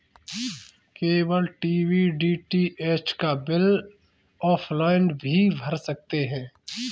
cable TV DTH का bill offline भी भर सकते हैं